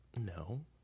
no